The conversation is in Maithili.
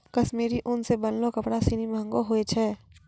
कश्मीरी उन सें बनलो कपड़ा सिनी महंगो होय छै